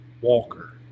Walker